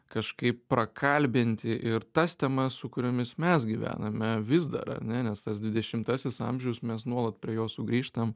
kažkaip prakalbinti ir tas temas su kuriomis mes gyvename vis dar ar ne nes tas dvidešimtasis amžius mes nuolat prie jo sugrįžtam